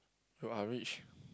you are rich